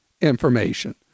information